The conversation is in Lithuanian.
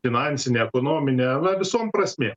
finansinę ekonominęna visom prasmė